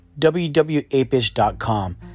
www.apish.com